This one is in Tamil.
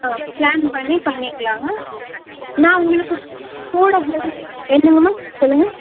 ஆ பிளான் பண்ணி பண்ணிக்கலாங்க நான் உங்களுக்கு கூட ஹெல்ப் என்னங்க அம்மா சொல்லுங்கள்